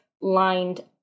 lined